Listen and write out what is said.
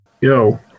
Yo